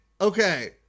okay